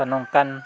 ᱛᱚ ᱱᱚᱝᱠᱟᱱ